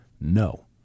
No